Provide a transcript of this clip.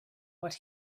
what